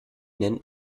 nennt